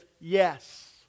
yes